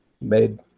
Made